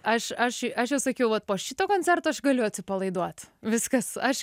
aš aš aš jau sakiau vat po šito koncerto aš galiu atsipalaiduot viskas aš